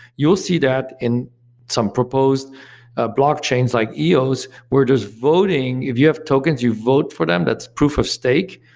you'll see that in some proposed ah blockchains, like eos, we're just voting if you have tokens, you vote for them, that's proof of stake.